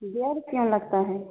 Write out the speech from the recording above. डर क्यों लगता है